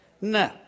No